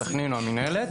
סחנין או המינהלת,